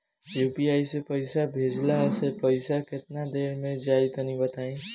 UPI से पईसा भेजलाऽ से पईसा केतना देर मे जाई तनि बताई?